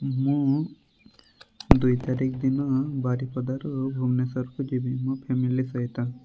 ମୁଁ ଦୁଇ ତାରିଖ ଦିନ ବାରିପଦାରୁ ଭୁବନେଶ୍ୱରକୁ ଯିବି ମୋ ଫ୍ୟାମିଲି ସହିତ